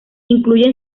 incluye